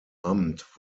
amt